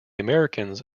americans